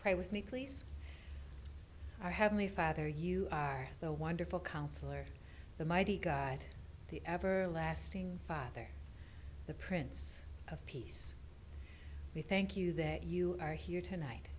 pray with me please our heavenly father you are the wonderful counselor the mighty guide the everlasting father the prince of peace we thank you that you are here tonight